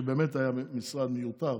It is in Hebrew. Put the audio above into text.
שבאמת היה משרד מיותר